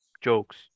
jokes